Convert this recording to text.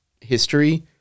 history